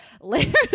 later